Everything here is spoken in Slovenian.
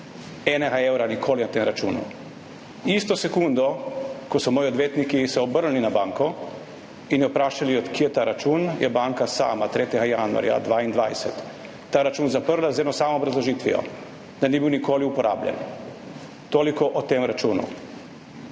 ni bilo nikoli enega evra. Isto sekundo, ko so se moji odvetniki obrnili na banko in jo vprašali, od kje ta račun, je banka sama 3. januarja 2022 ta račun zaprla z eno samo obrazložitvijo, da ni bil nikoli uporabljen. Toliko o tem računu.